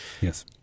Yes